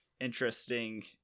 interesting